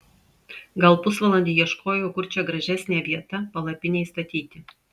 gal pusvalandį ieškojau kur čia gražesnė vieta palapinei statyti